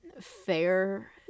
fair